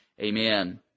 Amen